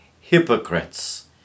Hypocrites